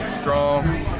strong